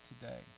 today